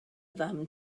fam